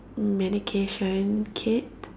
medication kit